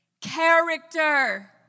character